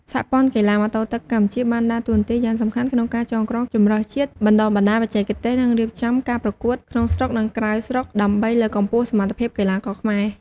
សហព័ន្ធកីឡាម៉ូតូទឹកកម្ពុជា បានដើរតួនាទីយ៉ាងសំខាន់ក្នុងការចងក្រងជម្រើសជាតិ បណ្តុះបណ្តាលបច្ចេកទេស និងរៀបចំការប្រកួតក្នុងស្រុក និងក្រៅស្រុក ដើម្បីលើកកម្ពស់សមត្ថភាពកីឡាករខ្មែរ។